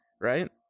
right